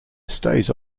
stays